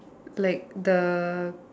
like the